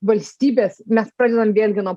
valstybės mes pradedam vėlgi nuo